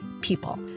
people